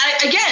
Again